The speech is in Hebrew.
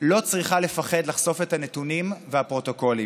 לא צריכה לפחד לחשוף את הנתונים והפרוטוקולים.